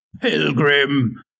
Pilgrim